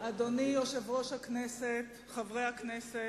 אדוני יושב-ראש הכנסת, חברי הכנסת,